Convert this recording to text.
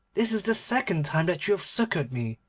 this is the second time that you have succoured me